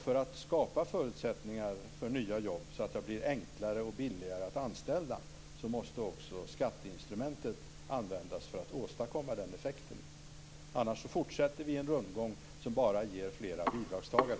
För att skapa förutsättningar för nya jobb, så att det blir enklare och billigare att anställa, måste också skatteinstrumentet användas för att åstadkomma den effekten. Annars fortsätter vi en rundgång som bara ger fler bidragstagare.